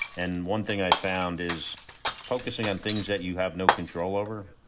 and one thing i found is focusing on things that you have no control over,